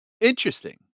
Interesting